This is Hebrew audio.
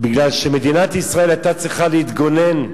כי מדינת ישראל היתה צריכה להתגונן,